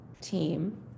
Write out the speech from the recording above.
team